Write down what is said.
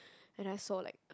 and I saw like